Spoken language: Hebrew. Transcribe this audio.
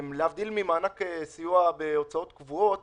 יוגב, שמענו אותך וזה חוזר על עצמו.